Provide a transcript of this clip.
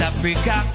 Africa